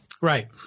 Right